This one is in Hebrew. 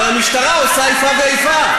אבל המשטרה עושה איפה ואיפה.